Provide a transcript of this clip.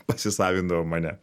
pasisavindavo mane